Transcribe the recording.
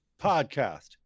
podcast